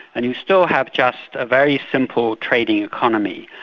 and you still have just a very simple trading economy,